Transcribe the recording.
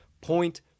point